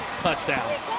touchdown.